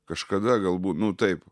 kažkada galbūt nu taip